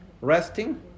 resting